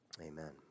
Amen